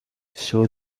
show